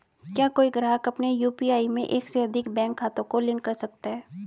क्या कोई ग्राहक अपने यू.पी.आई में एक से अधिक बैंक खातों को लिंक कर सकता है?